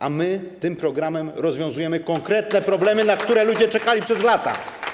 A my tym programem rozwiązujemy konkretne problemy, na które to rozwiązania ludzie czekali przez lata.